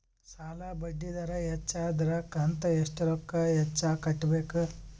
ಸಾಲಾ ಬಡ್ಡಿ ದರ ಹೆಚ್ಚ ಆದ್ರ ಕಂತ ಎಷ್ಟ ರೊಕ್ಕ ಹೆಚ್ಚ ಕಟ್ಟಬೇಕು?